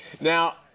Now